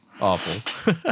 awful